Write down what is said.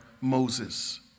Moses